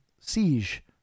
siege